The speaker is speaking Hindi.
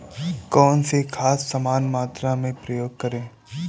कौन सी खाद समान मात्रा में प्रयोग करें?